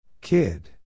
Kid